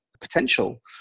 potential